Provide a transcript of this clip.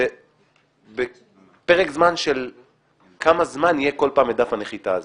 הוא בשאלה לאיזה פרק זמן יהיה כל פעם דף הנחיתה הזה.